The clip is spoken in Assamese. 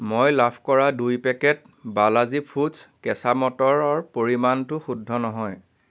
মই লাভ কৰা দুই পেকেট বালাজী ফুডছ কেঁচা মটৰৰ পৰিমাণটো শুদ্ধ নহয়